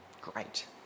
great